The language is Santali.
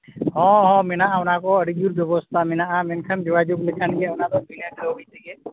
ᱦᱮᱸ ᱦᱮᱸ ᱢᱮᱱᱟᱜᱼᱟ ᱚᱱᱟᱠᱚ ᱟᱹᱰᱤ ᱡᱳᱨ ᱵᱮᱵᱚᱥᱛᱟ ᱢᱮᱱᱟᱜᱼᱟ ᱢᱮᱱᱠᱷᱟᱱ ᱡᱳᱜᱟᱡᱳᱜᱽ ᱞᱮᱠᱷᱟᱱᱜᱮ ᱚᱱᱟᱫᱚ ᱵᱤᱱᱟᱹ ᱠᱟᱹᱣᱰᱤᱛᱮᱜᱮ